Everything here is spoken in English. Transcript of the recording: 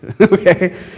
okay